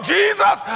Jesus